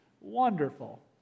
Wonderful